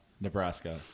Nebraska